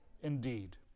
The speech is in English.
indeed